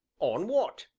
on what?